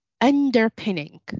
underpinning